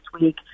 week